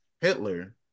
Hitler